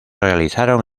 realizaron